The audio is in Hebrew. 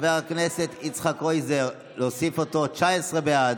להוסיף את חבר הכנסת יצחק קרויזר 19 בעד.